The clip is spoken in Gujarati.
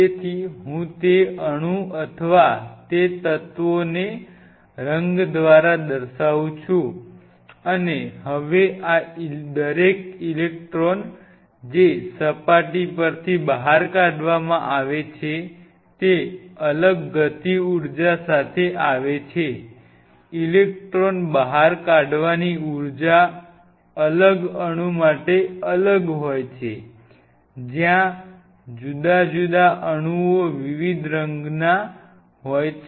તેથી હું તે અણુ અથવા તે તત્વોને રંગો દ્વારા દર્શાવું છું અને હવે આ દરેક ઇલેક્ટ્રોન જે સપાટી પરથી બહાર કાવામાં આવે છે તે અલગ ગતિઊર્જા સાથે આવે છે ઇલેક્ટ્રોન બહાર કાવાની ઊર્જા અલગ અણુ માટે અલગ હોય છે જ્યાં જુદા જુદા અણુઓ વિવિધ રંગોના હોય છે